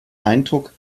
eindruck